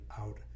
out